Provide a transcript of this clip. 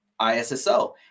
ISSO